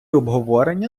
обговорення